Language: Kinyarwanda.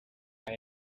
aha